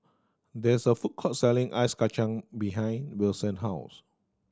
there is a food court selling ice kacang behind Wilson house